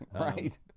Right